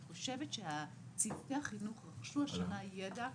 אני חושבת שצוותי החינוך רכשו השנה ידע,